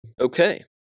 Okay